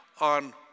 on